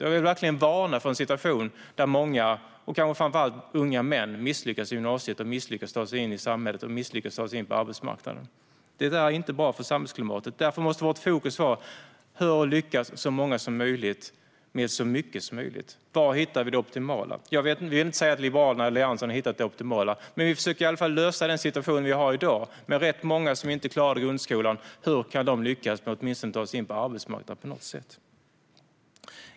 Jag vill verkligen varna för en situation där många, kanske framför allt unga män, misslyckas i gymnasiet och med att ta sig in i samhället och på arbetsmarknaden. Det är inte bra för samhällsklimatet. Och därför måste vårt fokus vara på hur så många som möjligt ska lyckas med så mycket som möjligt. Var hittar vi det optimala? Jag vill inte säga att Liberalerna eller Alliansen har hittat det optimala. Men vi försöker i alla fall lösa den situation som vi har i dag, med ganska många som inte klarar grundskolan. Hur ska de lyckas med att åtminstone ta sig in på arbetsmarknaden? Herr talman!